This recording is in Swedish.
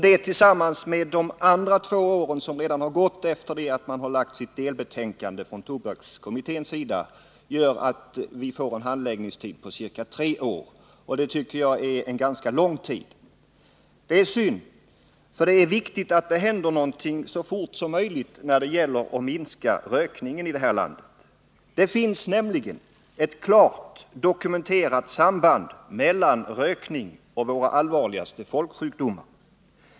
Detta tillsammans med de två år som redan har gått efter det att tobakskommittén framlagt sitt delbetänkande gör att vi får en handläggningstid på ca tre år, vilket jag tycker är en ganska lång tid. Detta är synd, för det är viktigt att det händer någonting så fort som möjligt när det gäller att minska rökningen i detta land. Det finns nämligen ett klart dokumenterat samband mellan rökning och våra allvarligaste folksjukdomar.